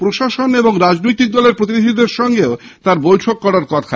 প্রশাসন ও রাজনৈতিক দলের প্রতিনিধিদের সঙ্গেও তাঁর বৈঠকে বসার কথা